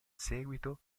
seguito